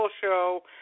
show